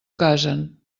casen